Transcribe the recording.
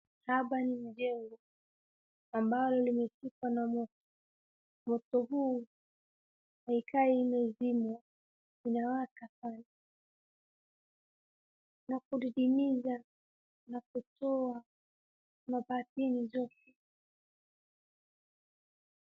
Hapa ni mjengo, ambalo limeshikwa na moto, moto huu haikai imezimwa. Inawaka sana na kudidimiza na kutoa mabati zote.